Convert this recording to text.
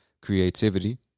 creativity